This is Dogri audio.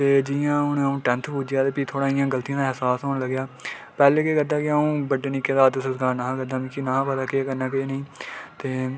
ते जि'यां अं'ऊ हून टेन्थ पुज्जेआ ते प्ही थोह्ड़ा इं'या गलतियें दा अहसास होन लगा पैह्लें अं'ऊ केह् करदा हा कि बड्डे निक्के दा आदर सत्कार नेहा करदा नेहा पता केह् करना केह् नेईं ते